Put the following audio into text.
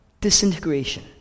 Disintegration